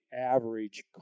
average